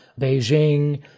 Beijing